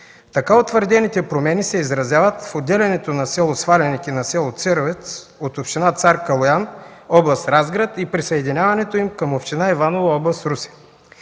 Така утвърдените промени се изразяват в отделянето на с. Сваленик и на с. Церовец от община Цар Калоян, област Разград и присъединяването им към община Иваново, област Русе.